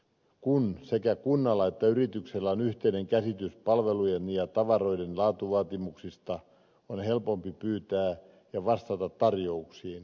kun sekä kunnalla että yrityksellä on yhteinen käsitys palveluiden ja tavaroiden laatuvaatimuksista on helpompi pyytää ja vastata tarjouksiin